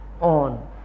on